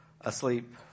asleep